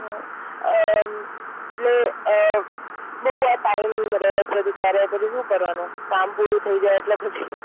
હં અં એટલે બહુ આ ટાઈમ રહે છે તો તારે પછી શું કરવાનું કામ પૂરું થઇ જાય એટલે પછી